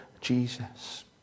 jesus